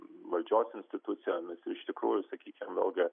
valdžios institucijomis iš tikrųjų ir sakykim vėl gi